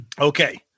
Okay